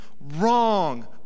wrong